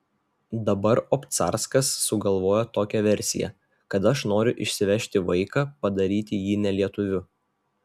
dabar obcarskas sugalvojo tokią versiją kad aš noriu išsivežti vaiką padaryti jį ne lietuviu